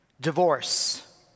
Divorce